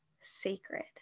sacred